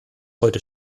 heute